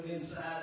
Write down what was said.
inside